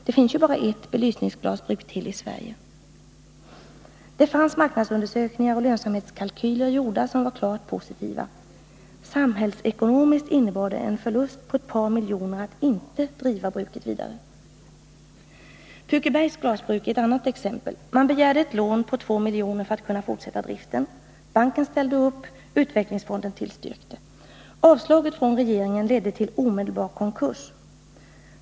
Det finns ju bara ett belysningsglasbruk till i Sverige. Det fanns marknadsundersökningar och lönsamhetskalkyler gjorda som var klart positiva. Samhällsekonomiskt innebar det en förlust på ett par miljoner att inte driva bruket vidare. Pukebergs glasbruk är ett annat exempel. Man begärde ett lån på 2 miljoner för att kunna fortsätta driften. Banken ställde upp, och utvecklingsfonden tillstyrkte. Avslaget från regeringen ledde till omedelbar konkurs.